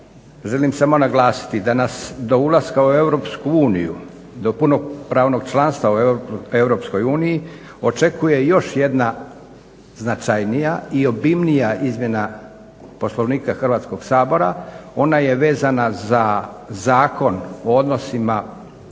Želim samo naglasiti da nas do ulaska u Europsku uniju, do punopravnog članstva u Europskoj uniji očekuje još jedna značajnija i obimnija izmjena Poslovnika Hrvatskog sabora. Ona je vezana za Zakon o odnosima